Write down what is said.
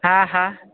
हा हा